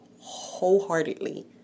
wholeheartedly